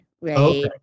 right